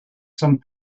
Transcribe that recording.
some